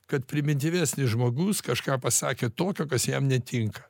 kad primityvesnis žmogus kažką pasakė tokio kas jam netinka